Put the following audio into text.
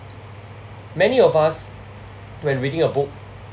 many of us when reading a book